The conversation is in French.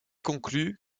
conclu